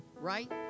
Right